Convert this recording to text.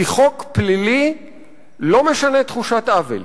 כי חוק פלילי לא משנה תחושת עוול